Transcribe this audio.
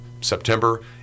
September